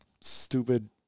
stupid